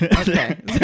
okay